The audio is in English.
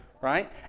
right